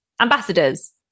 Ambassadors